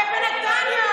בנתניה,